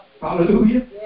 Hallelujah